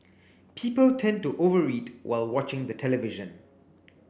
people tend to over eat while watching the television